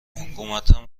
حکومتم